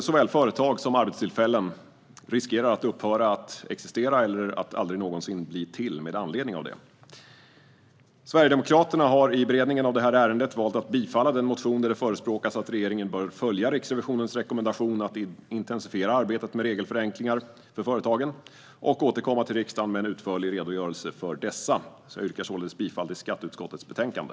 Såväl företag som arbetstillfällen riskerar att upphöra att existera eller att aldrig någonsin bli till med anledning av detta. Sverigedemokraterna har i beredningen av det här ärendet valt att stödja den motion där det förespråkas att regeringen ska följa Riksrevisionens rekommendation att intensifiera arbetet med regelförenklingar för företagen och återkomma till riksdagen med en utförlig redogörelse för dessa. Jag yrkar således bifall till förslaget i skatteutskottets betänkande.